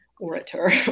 orator